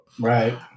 Right